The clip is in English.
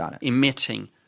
emitting